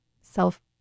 self